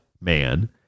man